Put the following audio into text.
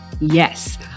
Yes